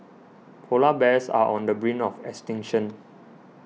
Polar Bears are on the brink of extinction